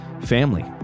family